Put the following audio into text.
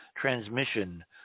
transmission